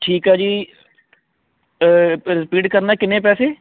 ਠੀਕ ਆ ਜੀ ਰਪੀਟ ਕਰਨਾ ਕਿੰਨੇ ਪੈਸੇ